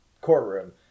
courtroom